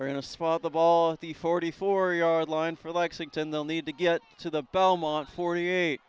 or in a spot the ball at the forty four yard line for lexington they'll need to get to the belmont forty eight